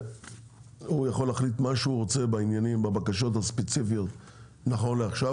הוא יכול להחליט מה שהוא רוצה בעניינים בבקשות הספציפיות נכון לעכשיו,